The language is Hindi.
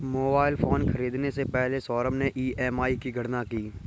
मोबाइल फोन खरीदने से पहले सौरभ ने ई.एम.आई की गणना की